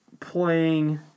Playing